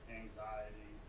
anxiety